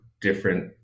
different